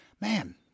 man